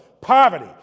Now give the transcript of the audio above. poverty